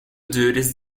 duties